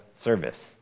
service